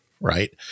right